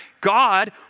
God